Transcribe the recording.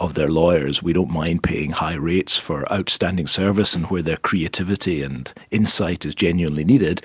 of their lawyers we don't mind paying high rates for outstanding service and where their creativity and insight is genuinely needed.